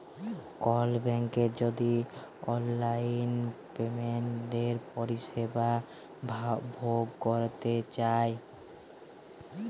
call ব্যাংকের যদি অললাইল পেমেলটের পরিষেবা ভগ ক্যরতে চায়